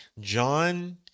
john